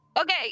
Okay